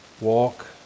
walk